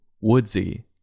Woodsy